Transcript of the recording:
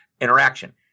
interaction